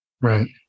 Right